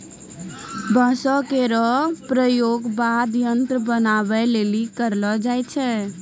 बांसो केरो प्रयोग वाद्य यंत्र बनाबए लेलि करलो जाय छै